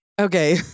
Okay